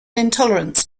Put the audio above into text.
intolerance